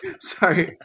Sorry